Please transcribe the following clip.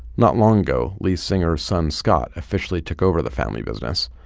not long ago, lee singer's son scott officially took over the family business,